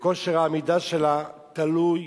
וכושר העמידה שלה תלוי